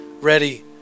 ready